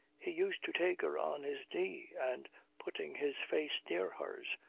he used to take her on his knee, and putting his face near hers,